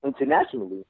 internationally